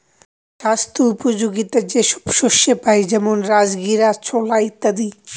স্বাস্থ্যোপযোগীতা যে সব শস্যে পাই যেমন রাজগীরা, ছোলা ইত্যাদি